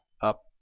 up